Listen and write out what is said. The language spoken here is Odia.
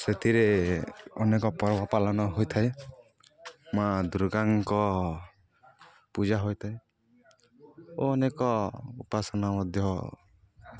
ସେଥିରେ ଅନେକ ପର୍ବପାଳନ ହୋଇଥାଏ ମାଆ ଦୁର୍ଗାଙ୍କ ପୂଜା ହୋଇଥାଏ ଓ ଅନେକ ଉପାସନା ମଧ୍ୟ